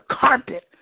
carpet